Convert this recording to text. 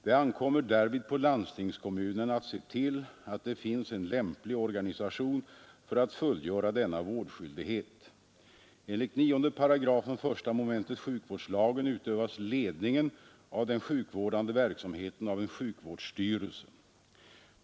Det ankommer därvid på landstingskommunen att se till att det finns en lämplig organisation för att fullgöra denna vårdskyldighet. Enligt 9 § I mom. sjukvårdslagen utövas ledningen av den sjukvårdande verksamheten av en sjukvårdsstyrelse.